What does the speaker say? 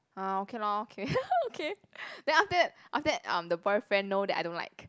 ah okay lor okay okay then after that after that um the boyfriend know that I don't like